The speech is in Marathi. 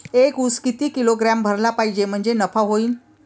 एक उस किती किलोग्रॅम भरला पाहिजे म्हणजे नफा होईन?